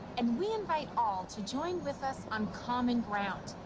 and we invite all to join with us on common ground,